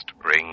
bring